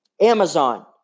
Amazon